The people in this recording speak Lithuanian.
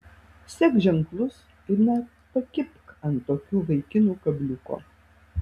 sek ženklus ir nepakibk ant tokių vaikinų kabliuko